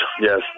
yes